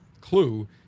clue